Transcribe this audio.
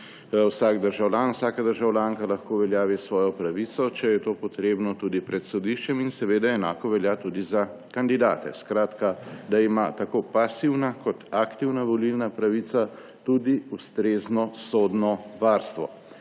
vsak državljan, vsaka državljanka lahko uveljavi svojo pravico, če je to potrebno tudi pred sodiščem, in seveda enako velja tudi za kandidate. Skratka da ima tako pasivna kot aktivna volilna pravica tudi ustrezno sodno varstvo.